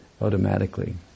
automatically